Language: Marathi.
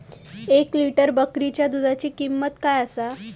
एक लिटर बकरीच्या दुधाची किंमत काय आसा?